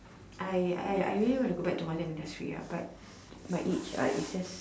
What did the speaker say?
I I I really want to go back to hotel industry ah but my age ah is just